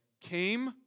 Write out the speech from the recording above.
came